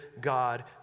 God